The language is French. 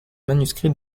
manuscrit